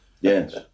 yes